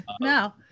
No